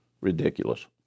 Ridiculous